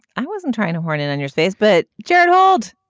i wasn't trying to horn in on your sales, but jerold,